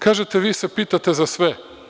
Kažete – vi se pitate za sve.